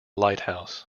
lighthouse